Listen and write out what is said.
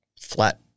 flat